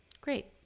Great